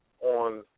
On